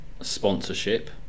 sponsorship